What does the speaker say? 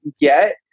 get